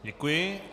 Děkuji.